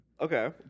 Okay